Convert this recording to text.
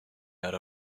out